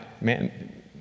man